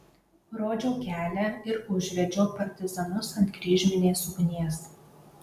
rodžiau kelią ir užvedžiau partizanus ant kryžminės ugnies